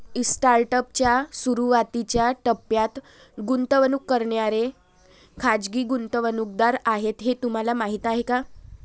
Startup च्या सुरुवातीच्या टप्प्यात गुंतवणूक करणारे खाजगी गुंतवणूकदार आहेत हे तुम्हाला माहीत आहे का?